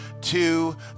two